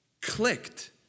clicked